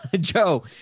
Joe